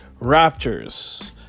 Raptors